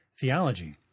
theology